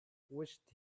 wished